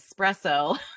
espresso